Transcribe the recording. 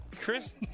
Chris